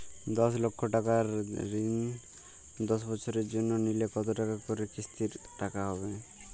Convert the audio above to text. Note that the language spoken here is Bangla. দশ লক্ষ টাকার ঋণ দশ বছরের জন্য নিলে কতো টাকা করে কিস্তির টাকা হবে?